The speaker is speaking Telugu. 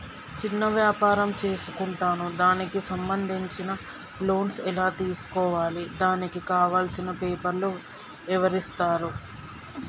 చిన్న వ్యాపారం చేసుకుంటాను దానికి సంబంధించిన లోన్స్ ఎలా తెలుసుకోవాలి దానికి కావాల్సిన పేపర్లు ఎవరిస్తారు?